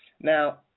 Now